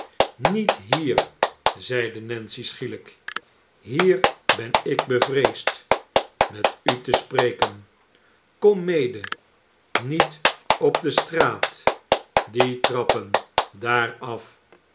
niet hier zeide nancy schielijk hier ben ik bevreesd met u te spreken kom mede niet op de straat die trappen daar af